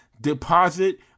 deposit